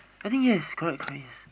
I think yes correct correct yes